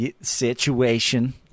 situation